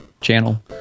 channel